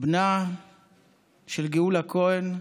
בנה של גאולה כהן,